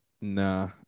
Nah